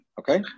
okay